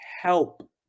help